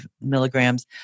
milligrams